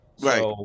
right